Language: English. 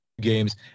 games